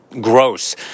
gross